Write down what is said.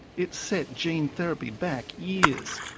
it set gene therapy back years.